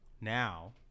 now